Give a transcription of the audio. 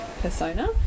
persona